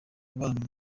umubano